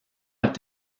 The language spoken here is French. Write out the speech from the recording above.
est